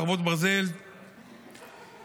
חרבות ברזל) (תיקון מס' 3),